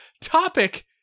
topic